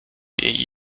jej